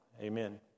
amen